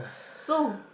so